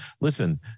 listen